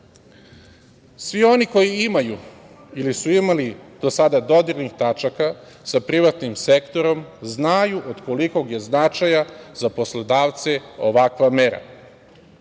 oni koji imaju ili su imali do sada dodirnih tačaka sa privatnim sektorom znaju od kolikog je značaja za poslodavce ovakva mera